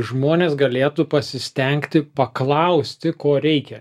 žmonės galėtų pasistengti paklausti ko reikia